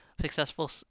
successful